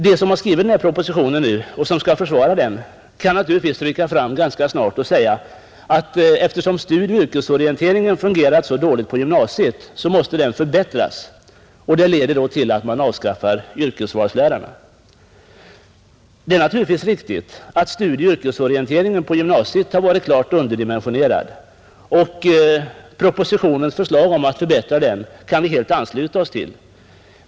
De som har skrivit propositionen och som skall försvara den kan naturligtvis rycka fram och säga att eftersom studieoch yrkesorienteringen fungerat så dåligt på gymnasiet, så måste den förbättras, och det leder då till att man avskaffar yrkesvalslärarna. Det är naturligtvis riktigt att studieoch yrkesorienteringen på gymnasiet har varit klart underdimensionerad, och propositionens förslag om att förbättra den kan vi helt ansluta oss till.